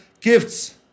gifts